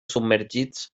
submergits